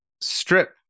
strip